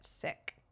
sick